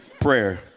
prayer